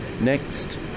Next